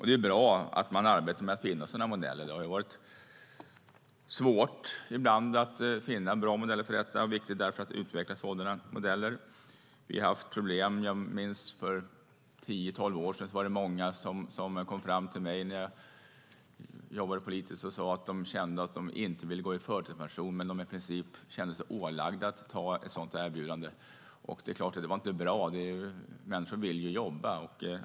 Det är bra att man arbetar med att finna sådana modeller. Det har ibland varit svårt att finna bra modeller för detta, och därför är det viktigt att utveckla sådana. Vi har haft problem. Jag minns att det för 10-12 år sedan var många som kom fram till mig när jag jobbade politiskt och sade att de inte ville gå i förtidspension men att de i princip kände sig ålagda att anta ett sådant erbjudande. Det var inte bra - människor vill ju jobba.